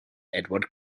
edward